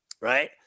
right